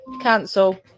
cancel